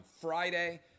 Friday